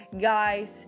guys